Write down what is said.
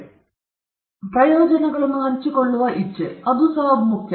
ನಂತರ ಮತ್ತೆ ಪ್ರಯೋಜನಗಳನ್ನು ಹಂಚಿಕೊಳ್ಳಲು ಇಚ್ಛೆ ಅದು ಬಹಳ ಮುಖ್ಯ